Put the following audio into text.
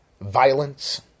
violence